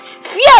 Fear